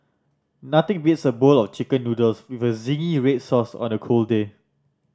nothing beats a bowl of Chicken Noodles with a zingy red sauce on a cold day